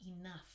enough